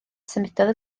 symudodd